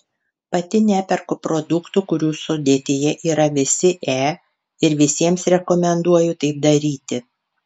pati neperku produktų kurių sudėtyje yra visi e ir visiems rekomenduoju taip daryti